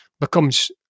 becomes